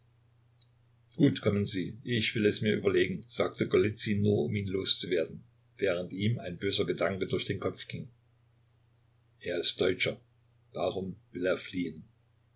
gut kommen sie ich will es mir überlegen sagte golizyn nur um ihn loszuwerden während ihm ein böser gedanke durch den kopf ging er ist deutscher darum will er fliehen